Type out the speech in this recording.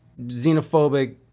xenophobic